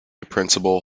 principle